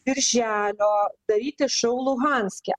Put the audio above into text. birželio daryti šou luhanske